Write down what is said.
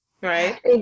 right